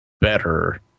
better